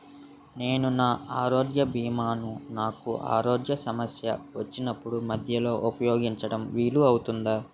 నేను నా ఆరోగ్య భీమా ను నాకు ఆరోగ్య సమస్య వచ్చినప్పుడు మధ్యలో ఉపయోగించడం వీలు అవుతుందా?